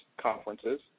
conferences